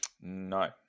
no